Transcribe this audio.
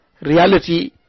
reality